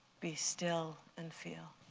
be still and feel.